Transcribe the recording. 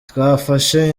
twafashe